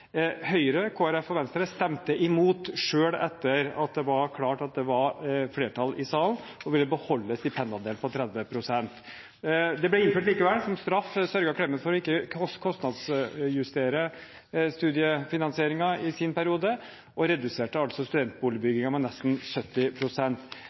Høyre, Kristelig Folkeparti og Venstre stemte imot, selv etter at det var klart at det var flertall i salen, og ville beholde på stipendandelen på 30 pst. Det ble innført likevel. Som straff sørget Clemet for ikke å kostnadsjustere studiefinansieringen i sin periode og reduserte altså